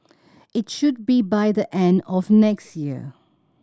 it should be by the end of next year